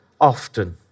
often